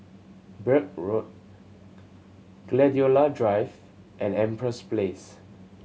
Birch Road Gladiola Drive and Empress Place